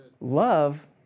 Love